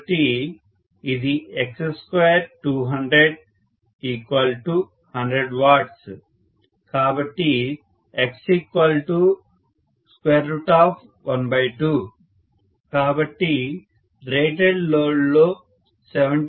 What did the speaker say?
కాబట్టి ఇది x2200 100 W కాబట్టి x 12 కాబట్టి రేటెడ్ లోడ్లో 70